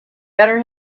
better